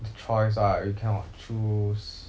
choice ah you cannot choose